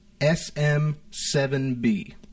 SM7B